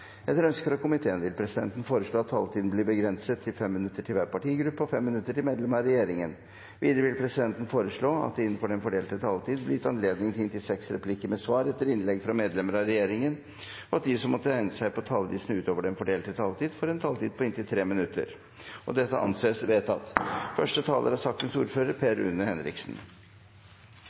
Etter ønske fra energi- og miljøkomiteen vil presidenten foreslå at taletiden blir begrenset til 5 minutter til hver partigruppe og 5 minutter til medlemmer av regjeringen. Videre vil presidenten foreslå at det – innenfor den fordelte taletid – blir gitt anledning til replikkordskifte på inntil seks replikker med svar etter innlegg fra medlemmer av regjeringen, og at de som måtte tegne seg på talerlisten utover den fordelte taletid, får en taletid på inntil 3 minutter. – Det anses vedtatt.